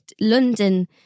London